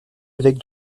évêque